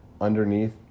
underneath